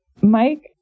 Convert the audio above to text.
Mike